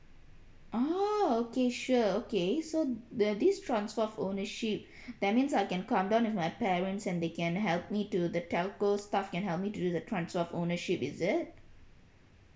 oh okay sure okay so the this transfer of ownership that means I can come down with my parents and they can help me to the telco staff can help me to do the transfer of ownership is it